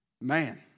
Man